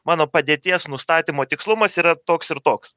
mano padėties nustatymo tikslumas yra toks ir toks